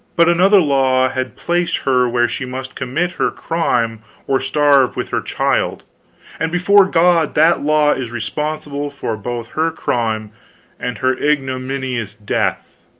but another law had placed her where she must commit her crime or starve with her child and before god that law is responsible for both her crime and her ignominious death!